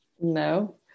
No